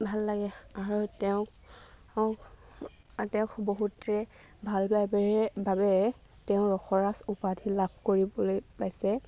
ভাল লাগে আৰু তেওঁক তেওঁক বহুতে ভাল লাইব্ৰেৰীৰ বাবে তেওঁ ৰসৰাজ উপাধি লাভ কৰিবলৈ পাইছে